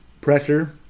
pressure